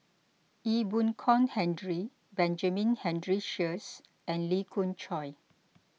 Ee Boon Kong Henry Benjamin Henry Sheares and Lee Khoon Choy